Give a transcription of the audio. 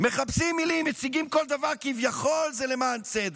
מכבסים מילים, מציגים כל דבר כביכול זה למען צדק,